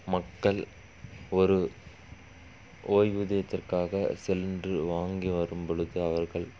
மக்கள் ஒரு ஓய்வூதியத்திற்காக சென்று வாங்கி வரும்பொழுது அவர்கள்